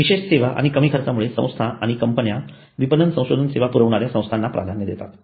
विशेष सेवा आणि कमी खर्चामुळे संस्था आणि कंपन्या विपणन संशोधन सेवा पुरविणाऱ्या संस्थांना प्राधान्य देतात